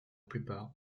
plupart